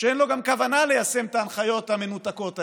שגם אין לו כוונה ליישם את ההנחיות המנותקות האלה,